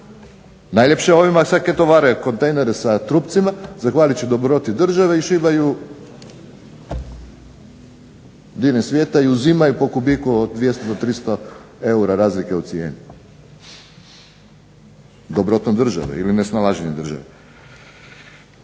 Najljepše je ovima sam kaj tovare kontejnere sa trupcima zahvaljujući dobroti države i šibaju di ne …/Ne razumije se./… uzimaju po kubiku od 200 do 300 eura razlike u cijeni. Dobrotom države ili nesnalaženjem države.